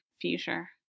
future